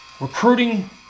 recruiting